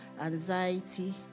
anxiety